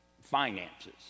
finances